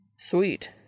Sweet